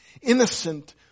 innocent